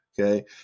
Okay